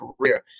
career